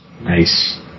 Nice